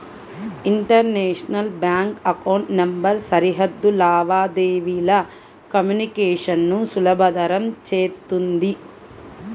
international bank account number సరిహద్దు లావాదేవీల communication ను సులభతరం చేత్తుంది